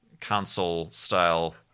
console-style